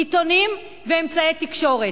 עיתונים ואמצעי תקשורת.